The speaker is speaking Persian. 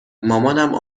مامانم